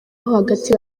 hagati